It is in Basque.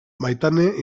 maitane